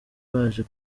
baje